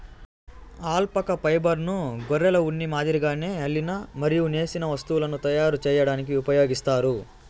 alpaca ఫైబర్ను గొర్రెల ఉన్ని మాదిరిగానే అల్లిన మరియు నేసిన వస్తువులను తయారు చేయడానికి ఉపయోగిస్తారు